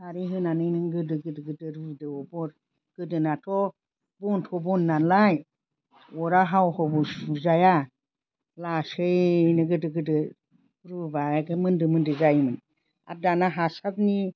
खारै होनानै नों गोदो गोदो गोदो रुदो गोदोनाथ' बनथ' बन नालाय अरा हाव हावबो सुजाया लासैनो गोदो गोदो रुब्ला एख्खे मोनदो मोनदो जायोमोन आर दाना हासारनि